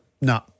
No